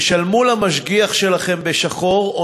תשלמו למשגיח שלכם בשחור,